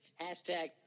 Hashtag